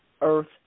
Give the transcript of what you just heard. Earth